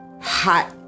hot